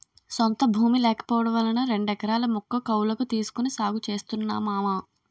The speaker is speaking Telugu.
సొంత భూమి లేకపోవడం వలన రెండెకరాల ముక్క కౌలకు తీసుకొని సాగు చేస్తున్నా మావా